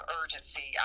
urgency